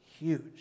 huge